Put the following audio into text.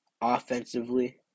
Offensively